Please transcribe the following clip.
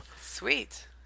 Sweet